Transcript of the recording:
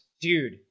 Dude